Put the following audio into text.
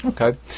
okay